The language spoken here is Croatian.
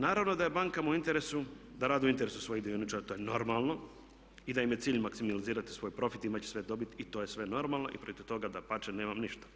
Naravno da je bankama u interesu da rade u interesu svojih dioničara, to je normalno i da im je cilj maksimalizirati svoju profit, imati svoju dobit i to je sve normalno i protiv toga dapače nemam ništa.